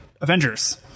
avengers